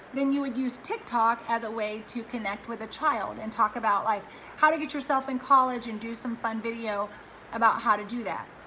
then you would use tik tok as a way to connect with a child and talk about like how to get yourself in college and do some fun video about how to do that.